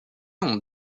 ont